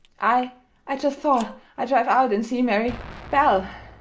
i i just thought i'd drive out and see mary belle,